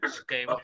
Okay